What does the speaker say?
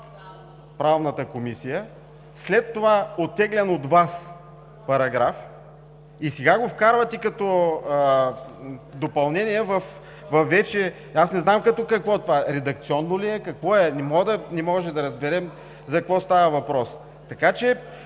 Правната комисия, след това е оттеглен от Вас параграф и сега го вкарвате като допълнение във вече – аз не знам като какво е това! Редакционно ли е, какво е? Не можем да разберем за какво става въпрос, така че